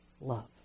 love